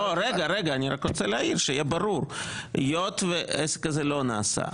אני מקווה שאמא שלי לא צופה בזה.